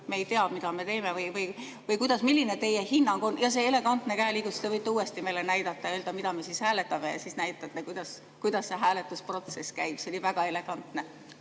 me ei tea, mida me teeme? Või milline teie hinnang on? Jaa, see elegantne käeliigutus – te võite uuesti meile näidata ja öelda, mida me siis hääletame, ja näitate, kuidas see hääletusprotsess käib. See oli väga elegantne